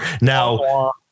Now